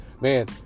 man